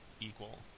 equal